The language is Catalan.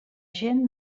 gent